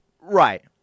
Right